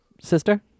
sister